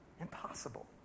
Impossible